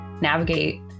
navigate